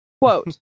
quote